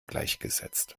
gleichgesetzt